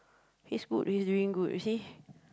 he's good he's doing good you see